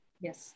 Yes